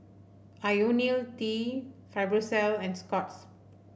IoniL T Fibrosol and Scott's